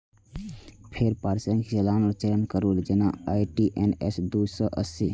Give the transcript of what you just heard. फेर प्रासंगिक चालान के चयन करू, जेना आई.टी.एन.एस दू सय अस्सी